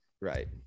right